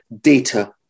data